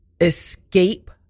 escape